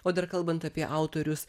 o dar kalbant apie autorius